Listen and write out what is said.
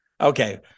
Okay